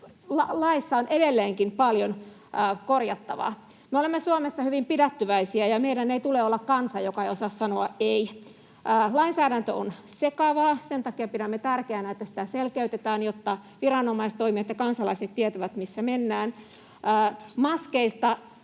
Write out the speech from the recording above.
laissa on edelleenkin paljon korjattavaa. Me olemme Suomessa hyvin pidättyväisiä, ja meidän ei tule olla kansa, joka ei osaa sanoa ”ei”. Lainsäädäntö on sekavaa. Sen takia pidämme tärkeänä, että sitä selkeytetään, jotta viranomaistoimijat ja kansalaiset tietävät, missä mennään. Maskeista: